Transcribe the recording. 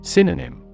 Synonym